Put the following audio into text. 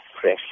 fresh